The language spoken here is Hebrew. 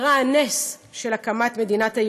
קרה הנס של הקמת מדינת היהודים,